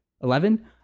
eleven